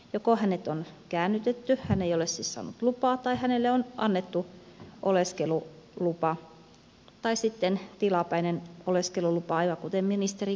joko hänet on käännytetty hän ei ole siis saanut lupaa tai hänelle on annettu oleskelulupa tai sitten tilapäinen oleskelulupa aivan kuten ministeri kuvasi